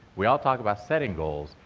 we all talk about setting goals,